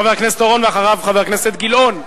חבר הכנסת אורון, ואחריו, חבר הכנסת גילאון.